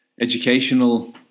educational